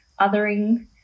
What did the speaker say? othering